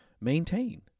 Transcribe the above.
maintain